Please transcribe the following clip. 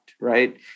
right